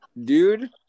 dude